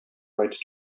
right